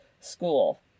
school